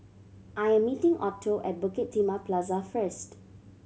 I am meeting Otto at Bukit Timah Plaza first